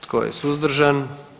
Tko je suzdržan?